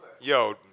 Yo